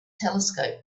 telescope